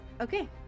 Okay